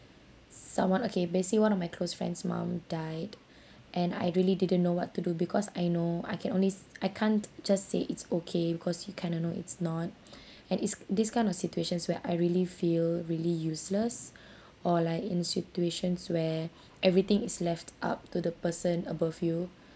someone okay basically one of my close friend's mom died and I really didn't know what to do because I know I can only s~ I can't just say it's okay because you kind of know it's not and it's these kind of situations where I really feel really useless or like in situations where everything is left up to the person above you